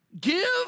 Give